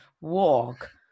walk